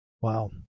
Wow